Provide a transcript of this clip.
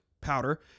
powder